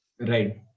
right